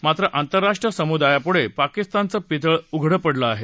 मात्र आंतरराष्ट्रीय समुदायापुढं पाकिस्तानचं पितळ उघडं पडलं आहे